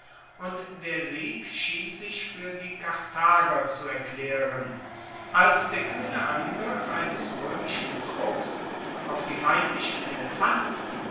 und der sieg schien sich fuer die karthager zu erklaeren als der kuehne angriff eines roemischen trupps auf die feindlichen elefanten